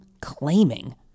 claiming